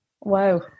wow